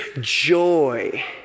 joy